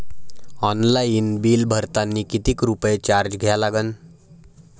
Online bill भरतानी कितीक रुपये चार्ज द्या लागन?